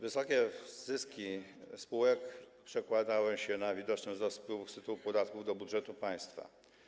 Wysokie zyski spółek przekładały się na widoczny wzrost wpływów z tytułu podatków do budżetu państwa.